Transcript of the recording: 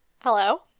Hello